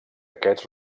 aquests